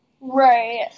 right